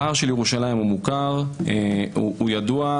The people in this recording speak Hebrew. הפער בירושלים מוכר וידוע,